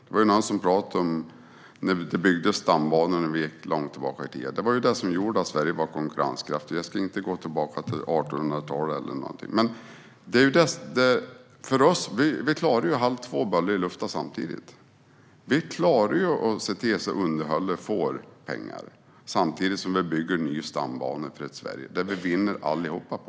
Jag ska inte gå tillbaka till 1800-talet, men det var någon som pratade om när stambanorna byggdes långt tillbaka i tiden och att det var det som gjorde Sverige var konkurrenskraftigt. Vi klarar att hålla två bollar i luften samtidigt. Vi klarar att se till att underhållet får pengar samtidigt som vi bygger ny stambana. Det vinner vi alla i Sverige på.